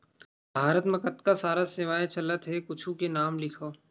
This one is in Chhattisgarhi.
भारत मा कतका सारा सेवाएं चलथे कुछु के नाम लिखव?